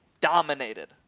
dominated